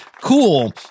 cool